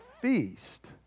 feast